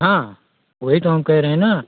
हाँ वही तो हम कह रहे हैं न